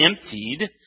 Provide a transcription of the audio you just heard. emptied